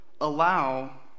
allow